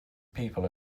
people